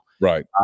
right